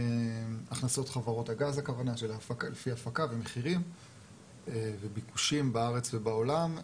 הכנסות חברות הגז לפי ההפקה ולפי המחירים וביקושים בארץ ובעולם.